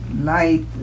light